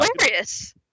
hilarious